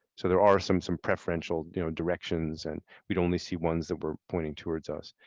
so there are some some preferential directions and we'd only see ones that were pointing towards us.